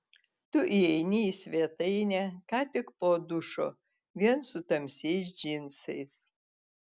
tu įeini į svetainę ką tik po dušo vien su tamsiais džinsais